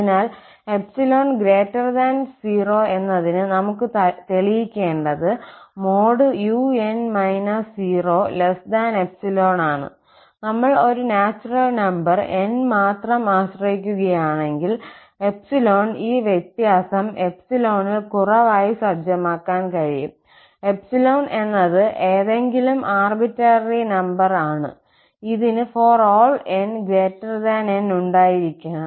അതിനാൽ 𝜖 0 എന്നതിന് നമുക്ക് തെളിയിക്കേണ്ടത് |𝑢𝑛 0|𝜖 ആണ് നമ്മൾ ഒരു നാച്ചുറൽ നമ്പർ 𝑁 മാത്രം ആശ്രയിക്കുകയാണെങ്കിൽ 𝜖 ഈ വ്യത്യാസം 𝜖 ൽ കുറവായി സജ്ജമാക്കാൻ കഴിയും 𝜖 എന്നത് ഏതെങ്കിലും ആർബിറ്റേററി നമ്പർ ആണ് ഇതിന് ∀ 𝑛N ഉണ്ടായിരിക്കണം